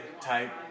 type